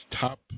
top